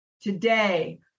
Today